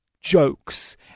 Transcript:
jokes